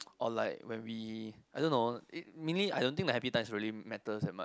or like when we I don't know meaning I don't think the happy times really matters that much